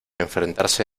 enfrentarse